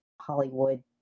hollywood